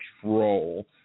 troll